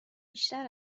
بیشتر